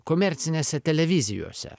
komercinėse televizijose